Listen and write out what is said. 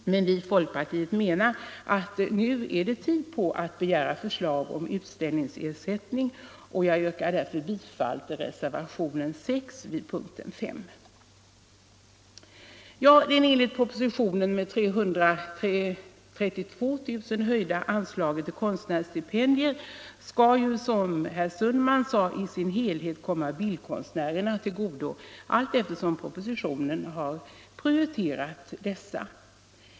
Vi i folkpartiet menar att det omedelbart är tid att begära förslag om utställningsersättning. Jag yrkar därför bifall till reservationen 6 vid punkten 5. Det enligt propositionen med 332 000 kr. höjda anslaget till konstnärsstipendier skall, som herr Sundman framhöll, i sin helhet komma bildkonstnärerna till godo eftersom propositionen prioriterar dem.